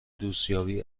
دوستیابی